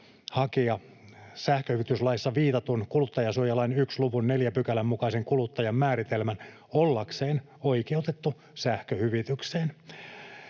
hakija sähköhyvityslaissa viitatun kuluttajasuojalain 1 luvun 4 §:n mukaisen kuluttajan määritelmän ollakseen oikeutettu sähköhyvitykseen.